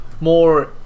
more